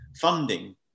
funding